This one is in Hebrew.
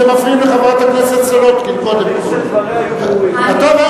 אתם מפריעים לחברת הכנסת סולודקין, קודם כול.